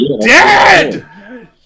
dead